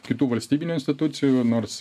kitų valstybinių institucijų nors